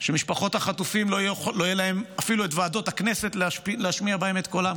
שלמשפחות החטופים לא יהיה אפילו את ועדות הכנסת להשמיע בהן את קולן,